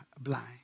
blind